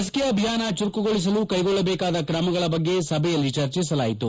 ಲಸಿಕೆ ಅಭಿಯಾನ ಚುರುಕುಗೊಳಿಸಲು ಕೈಗೊಳ್ಲದೇಕಾದ ಕ್ರಮಗಳ ಬಗ್ಗೆ ಸಭೆಯಲ್ಲಿ ಚರ್ಚಿಸಲಾಯಿತು